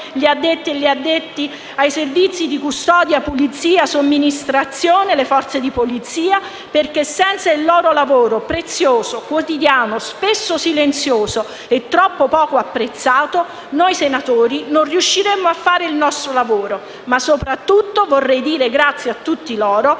grazie a tutti